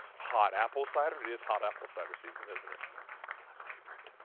hot apple cider, it is hot apple cider season, isn't it? my favorite.